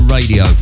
radio